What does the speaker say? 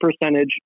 percentage